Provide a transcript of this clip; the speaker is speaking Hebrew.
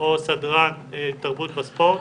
או סדרן תרבות וספורט.